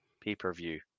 pay-per-view